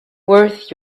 worth